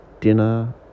dinner